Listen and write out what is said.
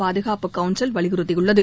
பாதுகாப்புக் கவுன்சில் வலியுறுத்தியுள்ளது